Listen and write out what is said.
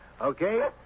Okay